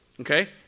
Okay